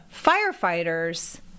firefighters